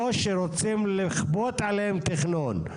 או שרוצים לכפות עליהם תכנון?